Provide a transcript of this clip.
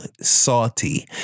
salty